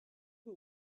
who